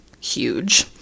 huge